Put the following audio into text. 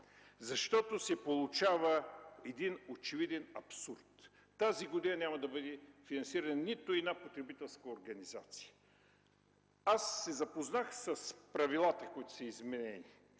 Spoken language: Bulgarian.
съюз? Получава се един очевиден абсурд. Тази година няма да бъде финансирана нито една потребителска организация. Аз се запознах с правилата, които са изменени.